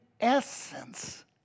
essence